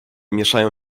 mieszają